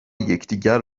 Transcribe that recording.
یکدیگر